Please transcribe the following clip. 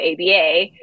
ABA